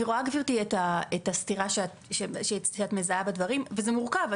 אני רואה גברתי את הסתירה שאת מזהה בדברים שאמרתי וזה מורכב,